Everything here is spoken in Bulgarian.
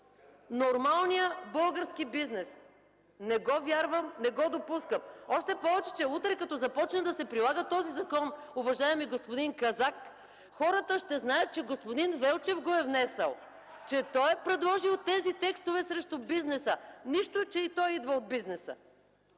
нормалния български бизнес. Не го вярвам, не го допускам! Още повече утре, като започне да се прилага този закон, уважаеми господин Казак, хората ще знаят, че господин Велчев го е внесъл (смях от ГЕРБ), че той е предложил тези текстове срещу бизнеса, нищо, че и той идва от бизнеса.